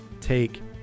take